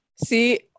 see